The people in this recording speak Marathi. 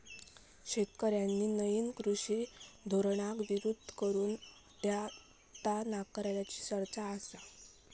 शेतकऱ्यांनी नईन कृषी धोरणाक विरोध करून ता नाकारल्याची चर्चा आसा